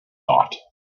thought